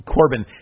Corbin